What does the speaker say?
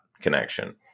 connection